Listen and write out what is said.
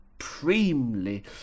supremely